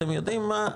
אתם יודעים מה?